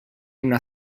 una